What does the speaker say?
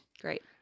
great